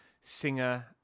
singer